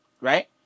Right